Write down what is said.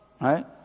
right